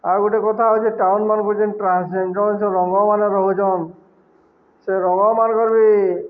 ଆଉ ଗୋଟେ କଥା ହଉଚେ ଟାଉନମାନଙ୍କୁ ଯେନ୍ ଟ୍ରାନ୍ସ୍ ଜେଣ୍ଡର୍ ଯଉ ସେ ରଙ୍ଗମାନେ ରହୁଚନ୍ ସେ ରଙ୍ଗମାନଙ୍କର ବି